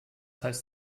heißt